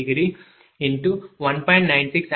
95333j0